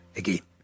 again